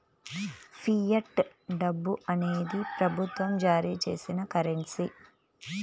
fiat డబ్బు అనేది ప్రభుత్వం జారీ చేసిన కరెన్సీ